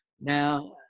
Now